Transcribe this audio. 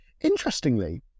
Interestingly